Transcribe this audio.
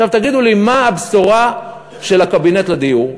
עכשיו תגידו לי, מה הבשורה של הקבינט לדיור?